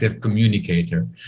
communicator